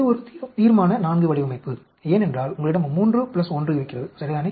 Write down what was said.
இது ஒரு தீர்மான IV வடிவமைப்பு ஏனென்றால் உங்களிடம் 3 பிளஸ் 1 இருக்கிறது சரிதானே